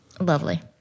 Lovely